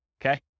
okay